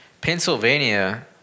Pennsylvania